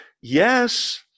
Yes